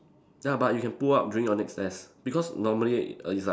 ya but you can pull up during your next test because normally it's like